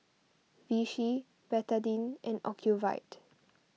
Vichy Betadine and Ocuvite